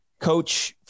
coach